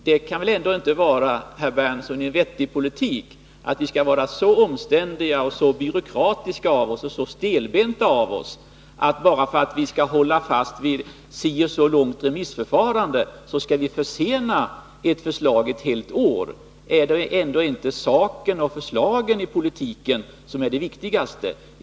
Det kan väl inte vara en vettig politik att vi skall vara så omständliga, byråkratiska och stelbenta av oss bara för att vi skall hålla fast vid ett si och så långt remissförfarande och därigenom försena ett förslag ett helt år. Är det ändå inte sakfrågorna och förslagen när det gäller politiken som är det viktigaste?